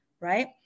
right